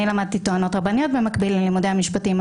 אני למדתי טוענות רבניות במקביל ללימודי המשפטים,